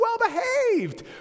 well-behaved